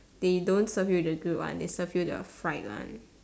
they don't serve you the grilled one they serve you the fried one